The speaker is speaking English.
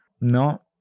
no